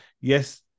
yes